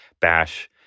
bash